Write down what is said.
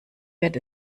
wird